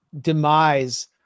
demise